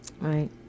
right